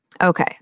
Okay